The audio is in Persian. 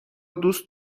دوست